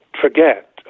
forget